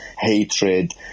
hatred